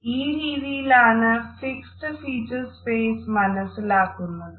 ഈ ഒരു രീതിയിലാണ് ഫിക്സഡ് ഫീച്ചർ സ്പേസ് മനസ്സിലാക്കുന്നതും